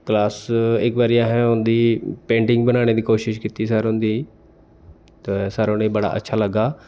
plus इक बारी असें उं'दी पेंटिंग बनाने दी कोशिश कीती सर हुंदी ते सर होरें गी बड़ा अच्छा लग्गा